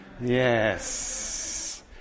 Yes